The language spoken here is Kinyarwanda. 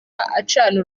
acana